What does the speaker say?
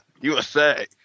USA